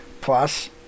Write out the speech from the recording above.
Plus